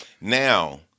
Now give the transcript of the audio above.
Now